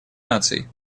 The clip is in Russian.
наций